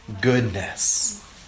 goodness